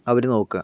അവര് നോക്കുക